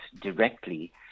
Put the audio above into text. directly